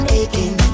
aching